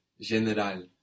General